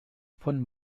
von